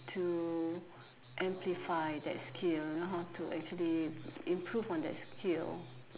to amplify that skill you know how to actually improve on that skill